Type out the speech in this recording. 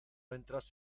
entras